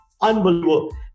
Unbelievable